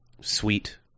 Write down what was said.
sweet